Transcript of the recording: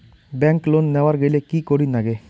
Bank loan নেওয়ার গেইলে কি করীর নাগে?